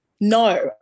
No